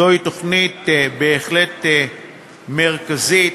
זוהי תוכנית בהחלט מרכזית,